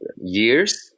years